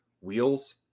wheels